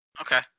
Okay